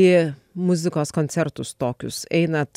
į muzikos koncertus tokius einat